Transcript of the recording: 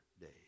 days